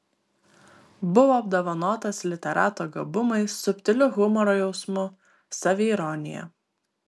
buvo apdovanotas literato gabumais subtiliu humoro jausmu saviironija